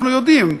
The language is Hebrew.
אנחנו יודעים,